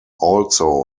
also